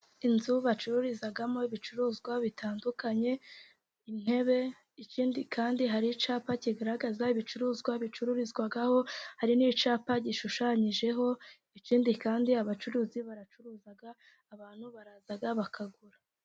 Inzu bacururizamo ibicuruzwa bitandukanye, intebe ikindi kandi hari icyapa kigaragaza ibicuruzwa bicururizwa aho, hari n'icyapa gishushanyijeho, ikindi kandi abacuruzi baracuruza, abantu baraza bakagura.